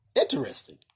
interesting